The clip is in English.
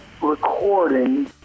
recording